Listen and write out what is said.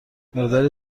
مقداری